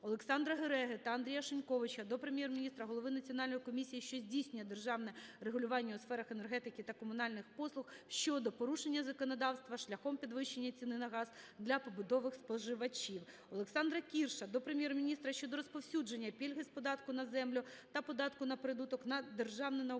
Олександра Гереги та Андрія Шиньковича до Прем'єр-міністра, голови Національної комісії, що здійснює державне регулювання у сферах енергетики та комунальних послуг щодо порушення законодавства шляхом підвищення ціни на газ для побутових споживачів. Олександра Кірша до Прем'єр-міністра щодо розповсюдження пільги з податку на землю та податку на прибуток на Державне